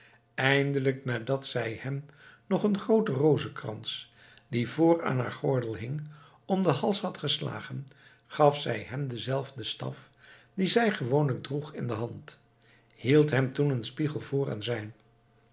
eindelijk nadat zij hem nog een grooten rozenkrans die vr aan haar gordel hing om den hals had geslagen gaf zij hem denzelfden staf dien zij gewoonlijk droeg in de hand hield hem toen een spiegel voor en zei